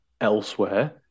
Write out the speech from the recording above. elsewhere